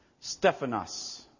Stephanos